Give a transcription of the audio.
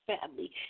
family